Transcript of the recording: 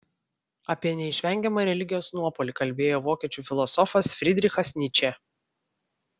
apie neišvengiamą religijos nuopuolį kalbėjo vokiečių filosofas frydrichas nyčė